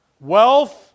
Wealth